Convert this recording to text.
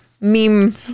meme